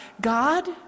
God